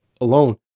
alone